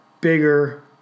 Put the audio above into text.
bigger